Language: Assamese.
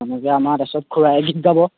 এনেকৈ আমাৰ তাৰ পাছত খুড়াই গীত গাব